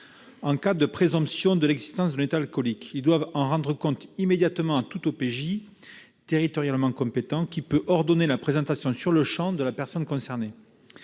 En cas de présomption de l'existence d'un état alcoolique, ils doivent en rendre compte immédiatement à tout OPJ territorialement compétent, qui peut ordonner la présentation sur-le-champ de la personne concernée.